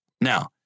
Now